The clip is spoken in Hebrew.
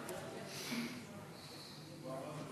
גברתי